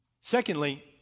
Secondly